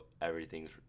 everything's